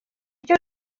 icyo